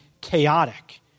chaotic